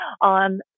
on